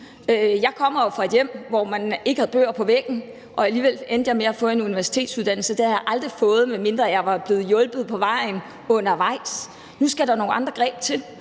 Jeg kommer jo fra et hjem, hvor man ikke havde bøger i reolen, og alligevel endte jeg med at få en universitetsuddannelse. Det havde jeg aldrig fået, hvis ikke jeg var blevet hjulpet på vej. Nu skal der nogle andre greb til,